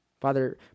Father